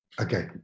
Okay